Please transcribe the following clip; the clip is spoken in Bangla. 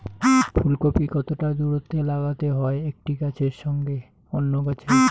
ফুলকপি কতটা দূরত্বে লাগাতে হয় একটি গাছের সঙ্গে অন্য গাছের?